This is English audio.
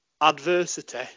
adversity